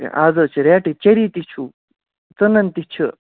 ہے آز حظ چھِ ریٹٕے چیری تہِ چھُو ژٕنَن تہِ چھِ